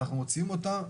גם מוציאים אותה.